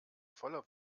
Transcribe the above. voller